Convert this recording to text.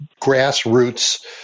grassroots